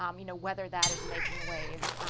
um you know, whether that is making waves,